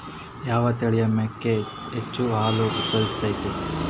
ಯಾವ ತಳಿಯ ಮೇಕೆ ಹೆಚ್ಚು ಹಾಲು ಉತ್ಪಾದಿಸತೈತ್ರಿ?